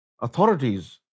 authorities